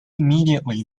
immediately